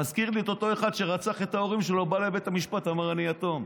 מזכיר לי את אותו אחד שרצח את ההורים שלו בא לבית המשפט ואמר: אני יתום.